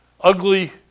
ugly